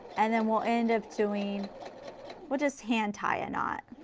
and then we'll end up doing we'll just hand tie a knot.